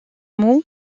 mots